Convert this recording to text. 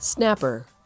Snapper